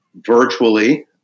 virtually